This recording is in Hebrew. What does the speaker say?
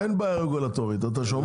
אין בעיה רגולטורית אתה שומע?